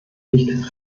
nicht